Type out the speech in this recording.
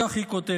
כך היא כותבת,